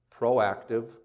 proactive